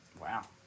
Wow